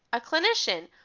a clinician,